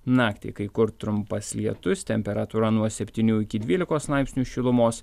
naktį kai kur trumpas lietus temperatūra nuo septynių iki dvylikos laipsnių šilumos